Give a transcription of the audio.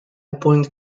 point